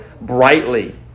brightly